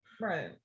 Right